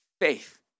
faith